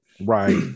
right